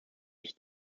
ich